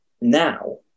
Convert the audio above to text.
now